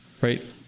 right